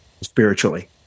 spiritually